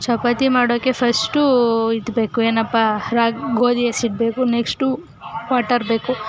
ಚಪಾತಿ ಮಾಡೋಕ್ಕೆ ಫಸ್ಟು ಇದು ಬೇಕು ಏನಪ್ಪಾ ರಾಗಿ ಗೋಧಿ ಹಸಿಟ್ಟು ಬೇಕು ನೆಕ್ಸ್ಟು ವಾಟರ್ ಬೇಕು